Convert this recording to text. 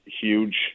huge